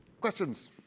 Questions